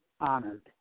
honored